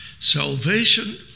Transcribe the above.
salvation